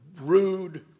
rude